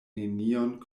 nenion